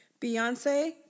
Beyonce